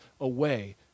away